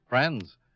Friends